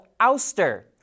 Ouster